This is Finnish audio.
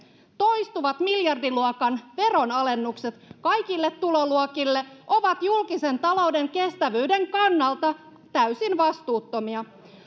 toistuvat miljardiluokan veronalennukset kaikille tuloluokille ovat julkisen talouden kestävyyden kannalta täysin vastuuttomia